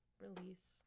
release